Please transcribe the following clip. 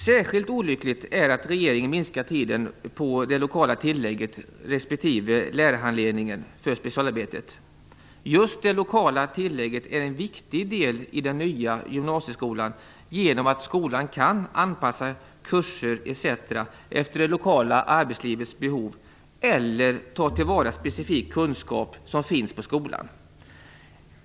Särskilt olyckligt är att regeringen minskar tiden på det lokala tillägget respektive lärarhandledningen för specialarbetet. Just det lokala tillägget är en viktig del i den nya gymnasieskolan genom att skolan kan anpassa kurser etc. efter det lokala arbetslivets behov eller ta till vara specifik kunskap som finns på skolan.